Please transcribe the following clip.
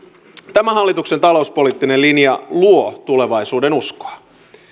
tämän hallituksen talouspoliittinen linja luo tulevaisuudenuskoa